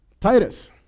Titus